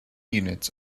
units